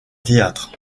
théâtre